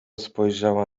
spojrzała